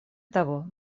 того